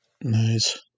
Nice